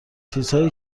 چیزهایی